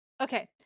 Okay